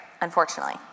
unfortunately